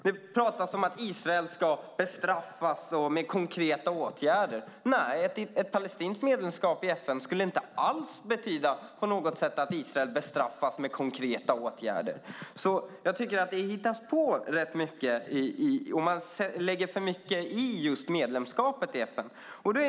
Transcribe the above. Nu talas det om att Israel ska bestraffas i form av konkreta åtgärder. Nej, ett palestinskt medlemskap i FN innebär inte på något sätt att Israel bestraffas genom konkreta åtgärder. Jag tycker att det hittas på en hel del, och det läggs för mycket vikt vid medlemskapet i FN.